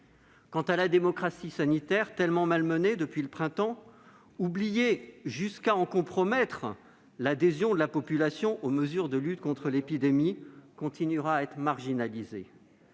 Quant à la démocratie sanitaire, tellement malmenée depuis le printemps, oubliée jusqu'à compromettre l'adhésion de la population aux mesures de lutte contre l'épidémie, elle continuera à être marginalisée.